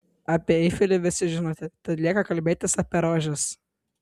apie eifelį visi žinote tad lieka kalbėtis apie rožes